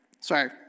sorry